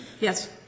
Yes